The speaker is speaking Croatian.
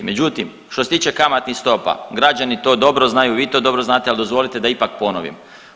Međutim, što se tiče kamatnih stopa građani to dobro znaju i vi to dobro znate, ali dozvolite da ipak ponovim.